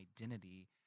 identity